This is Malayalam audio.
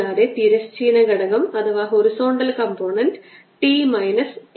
കൂടാതെ തിരശ്ചീന ഘടകം T മൈനസ് T ആണ് അത് 0